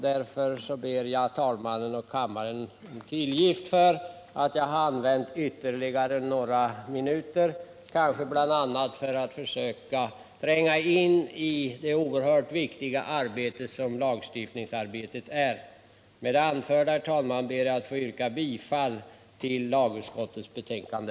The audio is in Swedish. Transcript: Därför ber jag nu talmannen och kammaren om tillgift för att jag använt ytterligare några minuter, bl.a. för att något redovisa det oerhört viktiga lagstiftningsarbetet. Med det anförda ber jag, herr talman, att få yrka bifall till lagutskottets betänkande.